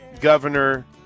governor